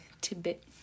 tidbit